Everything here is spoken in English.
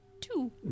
Two